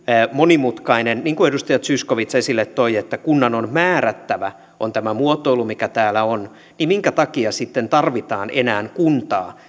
monimutkainen niin kuin edustaja zyskowicz esille toi kunnan on määrättävä on tämä muotoilu mikä täällä on minkä takia tarvitaan enää kuntaa